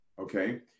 okay